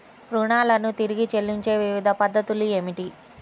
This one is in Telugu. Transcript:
రుణాలను తిరిగి చెల్లించే వివిధ పద్ధతులు ఏమిటి?